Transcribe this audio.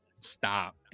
stop